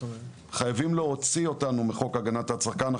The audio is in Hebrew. וחייבים להוציא אותנו מחוק הגנת הצרכן.